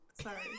Sorry